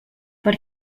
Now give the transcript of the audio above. per